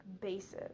bases